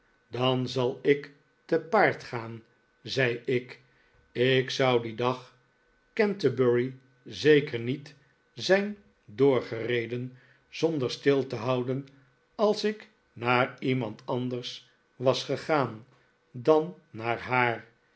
dan zal ik te paard gaan zei ik ik zou dien dag canterbury zeker niet zijn doorgereden zonder stil te houden als ik naar iemand anders was gegaan dan naar haar